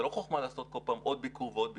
זה לא חוכמה לעשות כל פעם עוד ביקור ועוד ביקור.